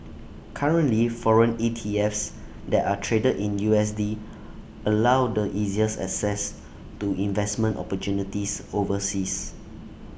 currently foreign ETFs that are traded in U S D allow the easiest access to investment opportunities overseas